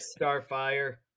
Starfire